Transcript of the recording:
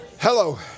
Hello